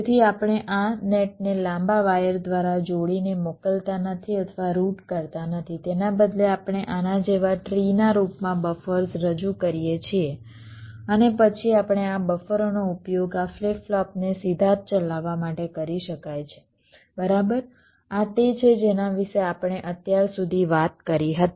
તેથી આપણે આ નેટને લાંબા વાયર દ્વારા જોડીને મોકલતા નથી અથવા રૂટ કરતા નથી તેના બદલે આપણે આના જેવા ટ્રીના રૂપમાં બફર્સ રજૂ કરીએ છીએ અને પછી આપણે આ બફરોનો ઉપયોગ આ ફ્લિપ ફ્લોપને સીધા જ ચલાવવા માટે કરી શકાય છે બરાબર આ તે છે જેના વિશે આપણે અત્યાર સુધી વાત કરી હતી